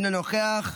אינו נוכח.